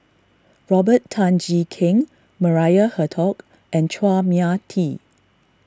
Robert Tan Jee Keng Maria Hertogh and Chua Mia Tee